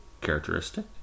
characteristic